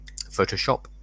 photoshop